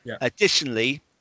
Additionally